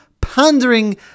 pondering